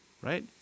right